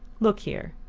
look here,